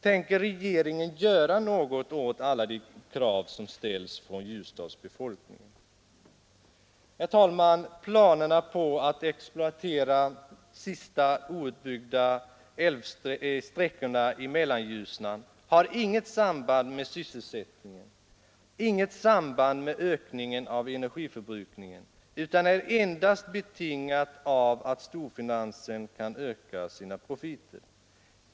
Tänker regeringen göra något åt alla de krav som Herr talman! Planerna på att exploatera de sista outnyttjade sträckorna av Mellanljusnan har inget samband med sysselsättning, inget samband med ökningen av energiförbrukningen; de är endast betingade av att storfinansen kan öka sina profiter.